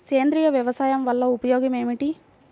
సేంద్రీయ వ్యవసాయం వల్ల ఉపయోగం ఏమిటి?